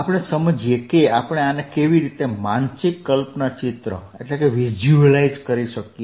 આપણે સમજીએ કે આપણે આને કેવી રીતે માનસિક કલ્પના ચિત્ર ઉભી કરી શકીએ